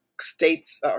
states